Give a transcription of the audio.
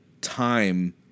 time